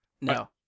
No